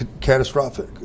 catastrophic